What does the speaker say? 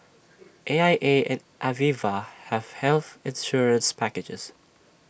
A I A and Aviva have health insurance packages